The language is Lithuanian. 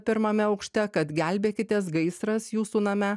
pirmame aukšte kad gelbėkitės gaisras jūsų name